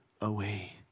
away